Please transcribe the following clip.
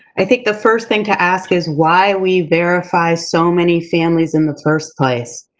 i think the first thing to ask is, why we verify so many families in the first place?